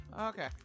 Okay